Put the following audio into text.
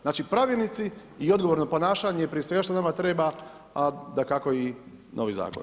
Znači pravilnici i odgovorno ponašanje i prije svega što nama treba, a dakako i novi zakon.